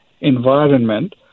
environment